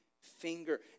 finger